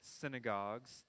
synagogues